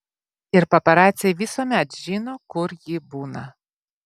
ir paparaciai visuomet žino kur ji būna